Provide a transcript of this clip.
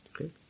Okay